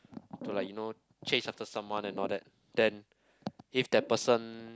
to like you know chase after someone and all that then if that person